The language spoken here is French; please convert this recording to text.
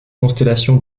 constellation